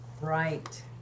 right